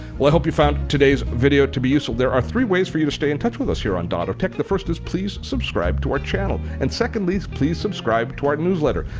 well, i hope you found today's video to be useful. there are three ways for you to stay in touch with us here on dottotech. the first is please subscribe to our channel and secondly, please subscribe to our newsletter.